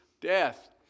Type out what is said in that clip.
death